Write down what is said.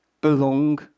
Belong